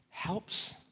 helps